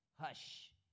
hush